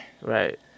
Right